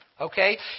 Okay